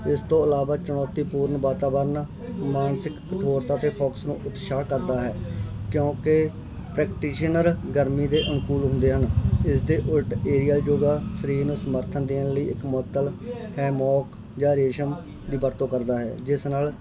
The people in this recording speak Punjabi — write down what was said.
ਇਸ ਤੋਂ ਇਲਾਵਾ ਚੁਣੌਤੀ ਪੂਰਨ ਵਾਤਾਵਰਨ ਮਾਨਸਿਕ ਕਠੋਰਤਾ ਅਤੇ ਫੋਕਸ ਨੂੰ ਉਤਸ਼ਾਹ ਕਰਦਾ ਹੈ ਕਿਉਂਕਿ ਪਰੈਕਟੀਸ਼ੀਨਰ ਗਰਮੀ ਦੇ ਅਨੁਕੂਲ ਹੁੰਦੇ ਹਨ ਇਸ ਦੇ ਉਲਟ ਏਰੀਅਲ ਯੋਗਾ ਸਰੀਰ ਨੂੰ ਸਮਰਥਨ ਦੇਣ ਲਈ ਇੱਕ ਮੁਅੱਤਲ ਹੈਮੌਕ ਜਾਂ ਰੇਸ਼ਮ ਦੀ ਵਰਤੋਂ ਕਰਦਾ ਹੈ ਜਿਸ ਨਾਲ